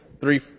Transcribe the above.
three